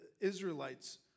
Israelites